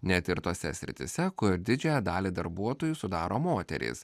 net ir tose srityse kur didžiąją dalį darbuotojų sudaro moterys